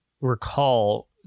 recall